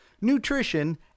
nutrition